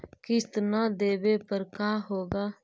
किस्त न देबे पर का होगा?